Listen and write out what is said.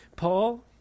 Paul